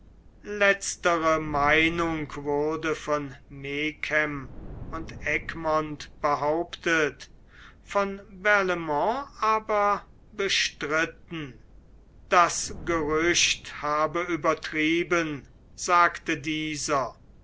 letztere meinung wurde von megen und egmont behauptet von barlaimont aber bestritten das gerücht habe übertrieben sagte dieser